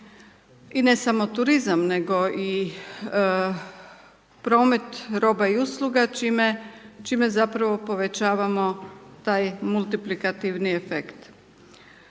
i ne samo turizam nego i promet roba i usluga čime zapravo povećavamo taj multiplikativni efekt.